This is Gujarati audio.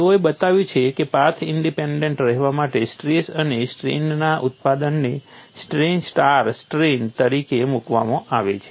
તેઓએ બતાવ્યું કે પાથ ઇન્ડેપેન્ડેન્ટ રહેવા માટે સ્ટ્રેસ અને સ્ટ્રેઇનના ઉત્પાદનને સ્ટ્રેઇન સ્ટાર સ્ટ્રેઇન તરીકે મૂકવામાં આવે છે